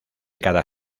cada